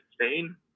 Spain